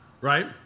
right